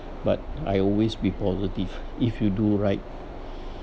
but I always be positive if you do right